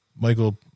michael